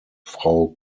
frau